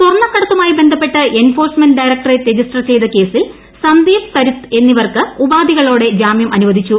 ED case സ്വർണ്ണകടത്തുമായി ബന്ധപ്പെട്ട് enforcement directorate register ചെയ്ത കേസിൽ സന്ദീപ് സരിത്ത് എന്നിവർക്ക് ഉപാധികളോടെ ജാമ്യാ അനുവദിച്ചു